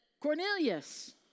Cornelius